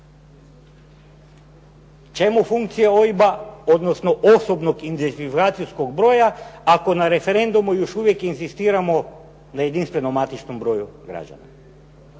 Čemu funkcija OIB-a odnosno osobnog identifikacijskog broja ako na referendumu još uvijek inzistiramo na jedinstvenom matičnom broju građana?